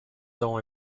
dont